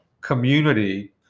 community